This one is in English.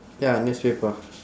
ya newspaper